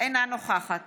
אינה נוכחת